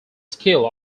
skill